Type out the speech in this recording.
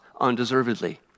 undeservedly